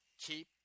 Keep